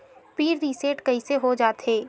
Pin reset कइसे हो जाथे?